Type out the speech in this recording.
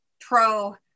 pro